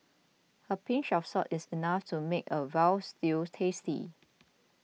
a pinch of salt is enough to make a Veal Stew tasty